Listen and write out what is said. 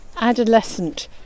adolescent